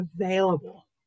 available